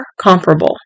comparable